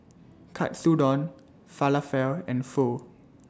Katsudon Falafel and Pho